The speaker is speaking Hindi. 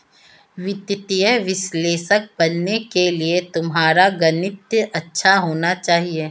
वित्तीय विश्लेषक बनने के लिए तुम्हारा गणित अच्छा होना चाहिए